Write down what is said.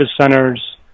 centers